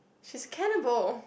she's cannibal